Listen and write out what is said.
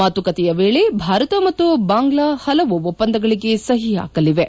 ಮಾತುಕತೆಯ ವೇಳೆ ಭಾರತ ಮತ್ತು ಬಾಂಗ್ಲಾ ಪಲವು ಒಪ್ಪಂದಗಳಿಗೆ ಸಹಿ ಹಾಕಲಿವೆ